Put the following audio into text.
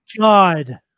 God